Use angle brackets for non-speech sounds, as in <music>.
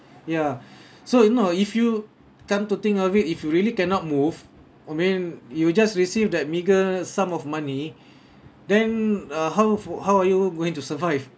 ya <breath> so you know if you come to think of it if you really cannot move I mean you'll just receive that meagre sum of money then uh how how are you going to survive